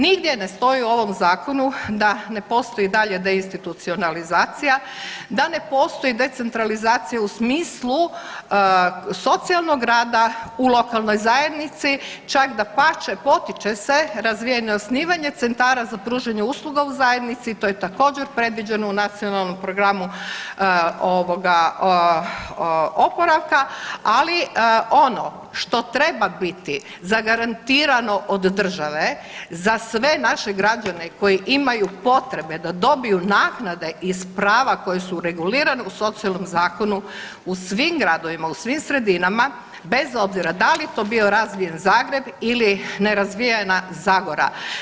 Nigdje ne stoji u ovom zakonu da ne postoji dalje de institucionalizacija, da ne postoji decentralizacija u smislu socijalnog rada u lokalnoj zajednici, čak dapače potiče se razvijanje i osnivanje centara za pružanje usluga u zajednici i to je također predviđeno u NPOO-u, ali ono što treba biti zagarantirano od države za sve naše građane koji imaju potrebe da dobiju naknade iz prava koje su regulirane u socijalnom zakonu u svim gradovima, u svim sredinama bez obzira da li to bio razvijen Zagreb ili nerazvijena Zagora.